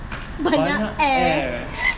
banyak air